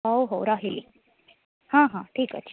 ହଉ ହଉ ରହିଲି ହଁ ହଁ ଠିକ୍ ଅଛି